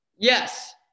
Yes